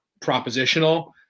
propositional